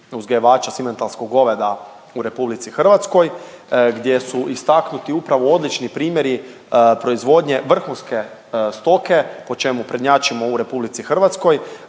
uzgajivača simentalskog goveda u RH gdje su istaknuti upravo odlični primjeri proizvodnje vrhunske stoke po čemu prednjačimo u RH, istaknula